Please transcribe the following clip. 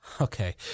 Okay